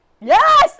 Yes